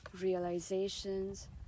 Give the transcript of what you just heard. realizations